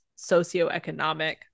socioeconomic